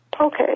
Okay